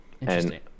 Interesting